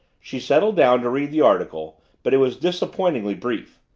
she settled down to read the article but it was disappointingly brief.